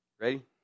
Ready